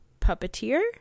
puppeteer